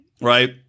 right